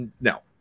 no